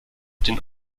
den